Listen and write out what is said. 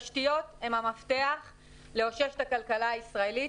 תשתיות הן המפתח לאושש את הכלכלה הישראלית